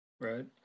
Right